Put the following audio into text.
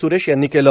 सुरेश यांनी केलं